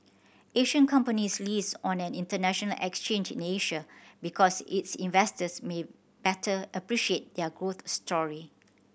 Asian companies list on an international exchange in Asia because its investors may better appreciate their growth story